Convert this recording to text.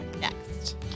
next